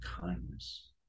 kindness